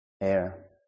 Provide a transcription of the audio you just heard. air